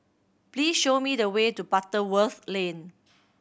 please show me the way to Butterworth Lane